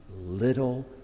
little